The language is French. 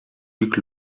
luc